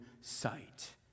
sight